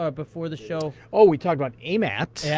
ah before the show? oh, we talked about amat. yeah